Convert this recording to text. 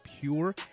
pure